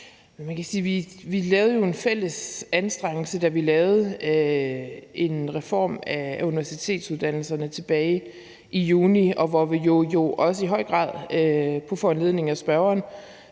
jo gjorde os fælles anstrengelser, da vi lavede en reform af universitetsuddannelserne tilbage i juni, hvor vi jo, også i høj grad på foranledning af spørgeren,